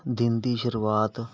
ਦਿਨ ਦੀ ਸ਼ੁਰੂਆਤ